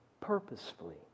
purposefully